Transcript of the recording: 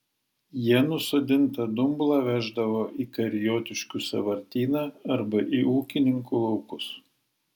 jie nusodintą dumblą veždavo į kariotiškių sąvartyną arba į ūkininkų laukus